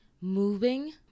moving